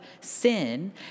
sin